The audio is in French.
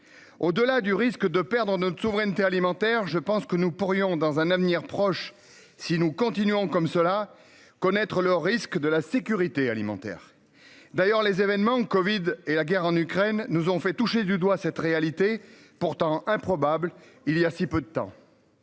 Au-delà du risque de perdre notre souveraineté alimentaire, je pense que nous pourrions dans un avenir proche. Si nous continuons comme cela connaître leur risque de la sécurité alimentaire. D'ailleurs les événements Covid et la guerre en Ukraine nous on fait toucher du doigt cette réalité pourtant improbable il y a si peu de temps.